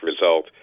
result